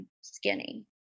skinny